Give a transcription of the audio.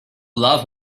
love